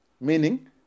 meaning